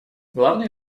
главные